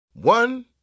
One